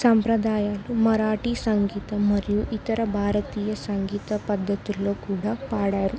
సంప్రదాయాలు మరాఠీ సంగీత మరియు ఇతర భారతీయ సంగీత పద్ధతుల్లో కూడా పాడారు